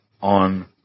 on